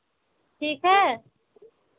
ठीक है